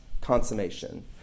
consummation